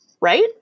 right